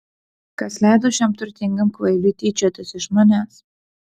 kas leido šiam turtingam kvailiui tyčiotis iš manęs